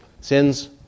sins